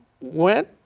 went